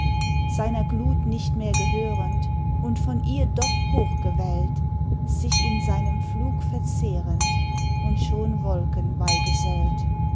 seiner glut nicht mehr gehörend und von ihr doch hochgewellt sich in seinem flug verzehrend und schon wolken beigesellt